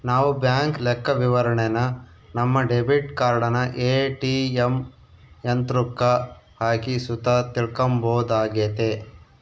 ನಾವು ಬ್ಯಾಂಕ್ ಲೆಕ್ಕವಿವರಣೆನ ನಮ್ಮ ಡೆಬಿಟ್ ಕಾರ್ಡನ ಏ.ಟಿ.ಎಮ್ ಯಂತ್ರುಕ್ಕ ಹಾಕಿ ಸುತ ತಿಳ್ಕಂಬೋದಾಗೆತೆ